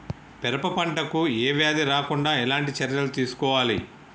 పెరప పంట కు ఏ వ్యాధి రాకుండా ఎలాంటి చర్యలు తీసుకోవాలి?